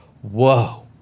whoa